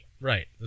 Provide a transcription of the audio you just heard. Right